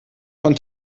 von